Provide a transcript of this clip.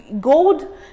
gold